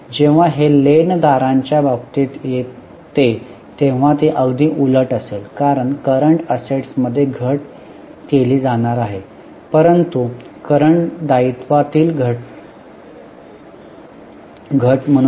जेव्हा हे लेन दारांच्या बाबतीत येते तेव्हा ते अगदी उलट असेल कारण करंट असेट्स मध्ये घट केली जाणार आहे परंतु करंट दायित्वातील घट म्हणून ते मिळवून वजा केले जाईल